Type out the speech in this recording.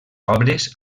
obres